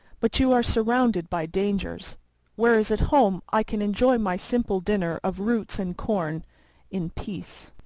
but you are surrounded by dangers whereas at home i can enjoy my simple dinner of roots and corn in peace.